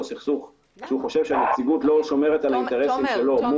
סכסוך שהוא חושב שהנציבות לא שומרת- - תומר,